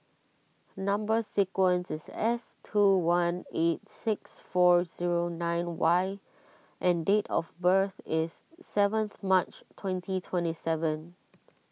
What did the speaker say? Number Sequence is S two one eight six four zero nine Y and date of birth is seventh March twenty twenty seven